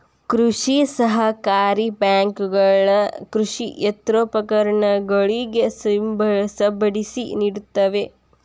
ಕೃಷಿ ಸಹಕಾರಿ ಬ್ಯಾಂಕುಗಳ ಕೃಷಿ ಯಂತ್ರೋಪಕರಣಗಳಿಗೆ ಸಬ್ಸಿಡಿ ನಿಡುತ್ತವೆ